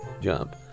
jump